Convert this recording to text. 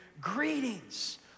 greetings